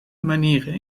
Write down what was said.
manieren